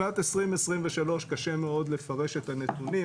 שנת 2023 קשה מאוד לפרש את הנתונים,